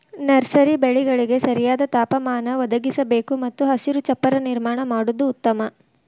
nursery ಬೆಳೆಗಳಿಗೆ ಸರಿಯಾದ ತಾಪಮಾನ ಒದಗಿಸಬೇಕು ಮತ್ತು ಹಸಿರು ಚಪ್ಪರ ನಿರ್ಮಾಣ ಮಾಡುದು ಉತ್ತಮ